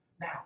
Now